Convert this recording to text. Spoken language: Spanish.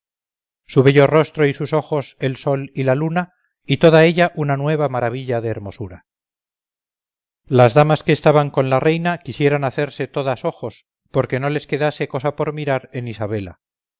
su bello rostro y sus ojos el sol y la luna y toda ella una nueva maravilla de hermosura las damas que estaban con la reina quisieran hacerse todas ojos porque no les quedase cosa por mirar en isabela